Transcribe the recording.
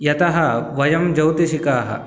यतः वयं ज्यौतिषकाः